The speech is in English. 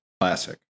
classic